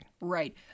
Right